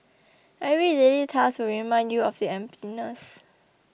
every daily task will remind you of the emptiness